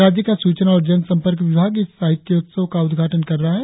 राज्य का सूचना और जनसंपर्क विभाग इस साहित्योसव का आयोजन कर रहा है